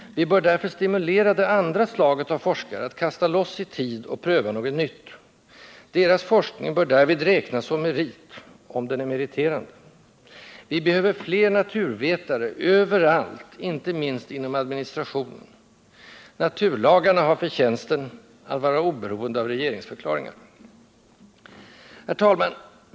Vi bör därför stimulera det andra slaget av forskare att kasta loss i tid och pröva något nytt. Deras forskning bör därvid räknas som merit, om den är meriterande. Vi behöver fler naturvetare överallt, inte minst inom administrationen. Naturlagarna har förtjänsten att vara oberoende av regeringsförklaringar. Herr talman!